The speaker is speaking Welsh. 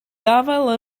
gafael